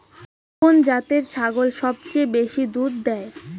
কুন জাতের ছাগল সবচেয়ে বেশি দুধ দেয়?